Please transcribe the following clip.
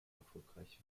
erfolgreich